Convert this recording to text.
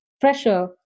pressure